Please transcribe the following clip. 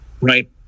Right